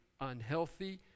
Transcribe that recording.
unhealthy